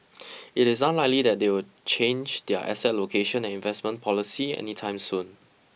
it is unlikely that they will change their asset allocation and investment policy any time soon